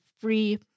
free